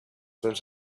dents